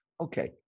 Okay